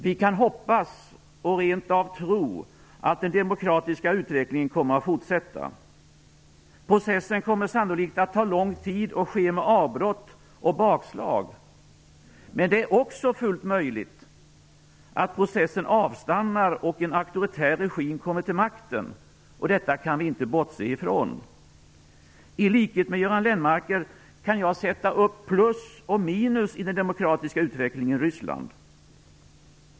Vi kan hoppas, och rent av tro, att den demokratiska utvecklingen kommer att fortsätta. Processen kommer sannolikt att ta lång tid och ske med avbrott och bakslag. Men det är också fullt möjligt att processen avstannar och en auktoritär regim kommer till makten. Detta kan vi inte bortse ifrån. I likhet med Göran Lennmarker kan jag sätta upp plus och minus i den demokratiska utvecklingen i Ryssland.